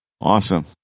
Awesome